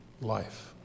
life